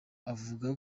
avuga